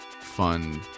fun